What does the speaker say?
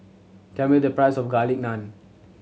tell me the price of Garlic Naan